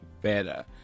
better